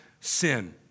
sin